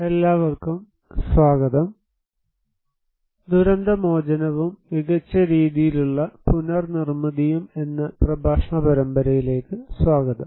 എല്ലാവർക്കും സ്വാഗതം ദുരന്ത മോചനവും മികച്ച രീതിയിലുള്ള പുനർ നിർമ്മിതിയും എന്ന പ്രഭാഷണ പരമ്പരയിലേക്ക് സ്വാഗതം